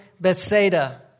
bethsaida